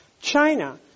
China